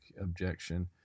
objection